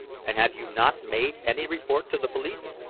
and have you not made any report to the police?